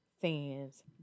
fans